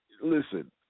listen